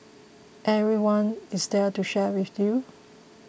everyone is there to share with you